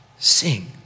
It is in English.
Sing